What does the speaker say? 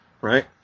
right